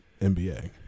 NBA